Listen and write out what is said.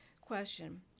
Question